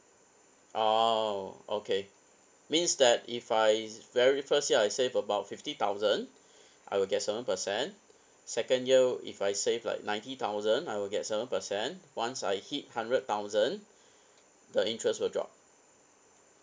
oh okay means that if I very first year I save about fifty thousand I will get seven percent second year if I save like ninety thousand I will get seven percent once I hit hundred thousand the interest will drop